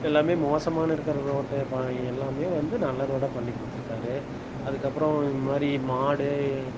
எல்லாமே மோசமான இருக்கற ரோட்டை பா எல்லாமே வந்து நல்ல ரோடா பண்ணிக்குடுத்துருக்காரு அதுக்கப்புறோம் இந்தமாரி மாடு